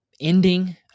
ending –